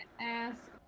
ask